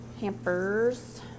hampers